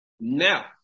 now